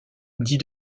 dit